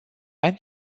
ani